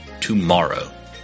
tomorrow